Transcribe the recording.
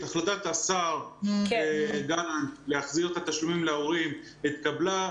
החלטת השר דנה בהחזרת התשלומים להורים והתקבלה.